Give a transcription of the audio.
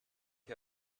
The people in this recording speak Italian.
che